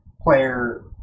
player